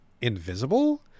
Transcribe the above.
invisible